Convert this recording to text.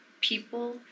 people